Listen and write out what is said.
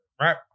right